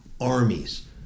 armies